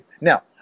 Now